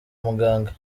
muganga